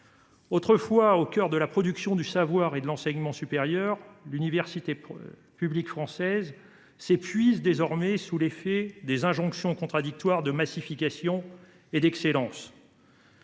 Autrefois au cœur de la production du savoir et de l’enseignement supérieur, l’université publique française s’épuise désormais sous l’effet des injonctions contradictoires de la massification et de l’excellence.